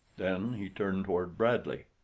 then he turned toward bradley.